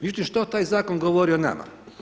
Mislim, što taj zakon govori o nama?